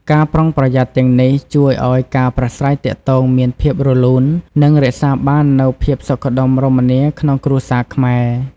ការប្រុងប្រយ័ត្នទាំងនេះជួយឲ្យការប្រាស្រ័យទាក់ទងមានភាពរលូន និងរក្សាបាននូវភាពសុខដុមរមនាក្នុងគ្រួសារខ្មែរ។